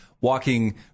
walking